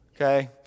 okay